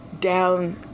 down